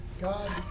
God